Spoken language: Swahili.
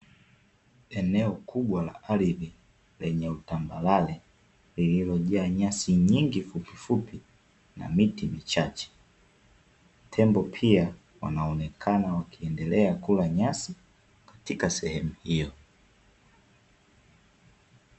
Eneo kubwa la ardhi lenye utambarare lililojaa nyasi nyingi fupifupi na miti michache, tembo pia wanaonekana wakiendelea kula nyasi katika sehemu hiyo.